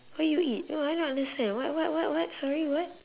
what you eat no I don't understand what what what what sorry what